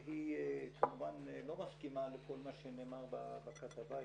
שהיא כמובן לא מסכימה לכל מה שנאמר בכתבה.